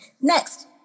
Next